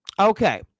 okay